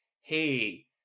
Hey